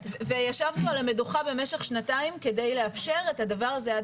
וישבנו על המדוכה במשך שנתיים כדי לאפשר את הדבר הזה עד